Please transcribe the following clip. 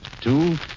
Two